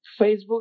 Facebook